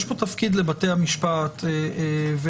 יש פה תפקיד לבתי המשפט ולרשות.